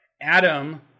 Adam